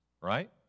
Right